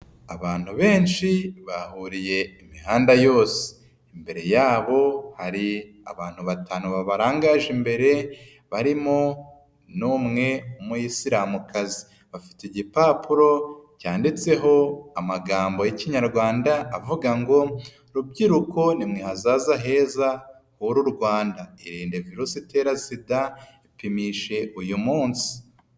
Abantu benshi bahuriye imihanda yose. Imbere yabo hari abantu batanu babarangaje imbere barimo n'umwe w'umuyisiramukazi. Bafite igipapuro cyanditseho amagambo y'Ikinyarwanda avuga ngo rubyiruko nimwe hazaza heza h'uru Rwanda. Irinde virusi itera sida, ipimishe uyu munsi.